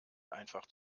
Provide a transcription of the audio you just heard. einfach